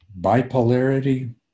Bipolarity